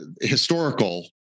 historical